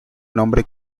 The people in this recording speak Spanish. nombre